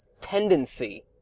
tendency